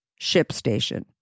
ShipStation